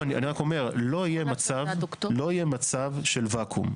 לא יהיה מצב של ואקום.